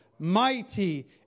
mighty